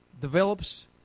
develops